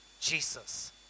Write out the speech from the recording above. Jesus